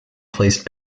placed